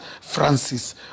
Francis